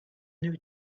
new